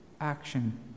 action